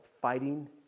fighting